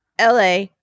la